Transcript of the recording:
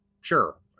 sure